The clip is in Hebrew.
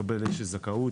מקבל איזו שהיא זכאות,